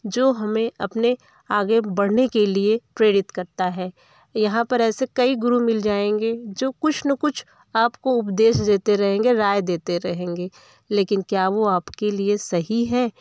जो हमें अपने आगे बढ़ने के लिए प्रेरित करता है यहाँ पर ऐसे कई गुरु मिल जाएंगे जो कुछ न कुछ आपको उपदेश देते रहेंगे राय देते रहेंगे लेकिन क्या वो आप के लिए सही है